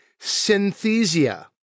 synthesia